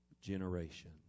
generation